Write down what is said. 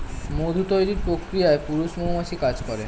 মধু তৈরির প্রক্রিয়ায় পুরুষ মৌমাছি কাজ করে